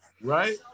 Right